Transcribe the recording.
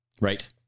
Right